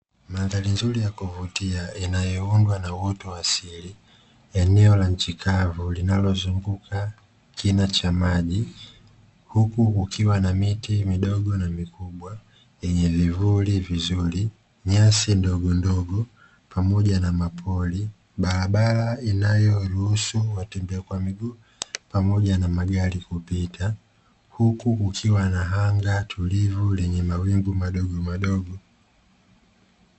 Mandhari nzuri ya kuvutia inayoundwa na uoto wa asili eneo la nchi kavu linalozunguka kina cha maji, huku kukiwa na miti midogo na mikubwa yenye vivuli vizuri, nyasi ndogondogo pamoja na mapori barabara inayoruhusu watembea kwa miguu pamoja na magari kupita huku kukiwa na anga tulivu lenye mawingu madogomadogo.